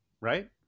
right